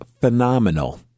phenomenal